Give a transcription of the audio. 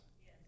Yes